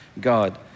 God